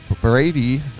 Brady